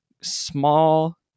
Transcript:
small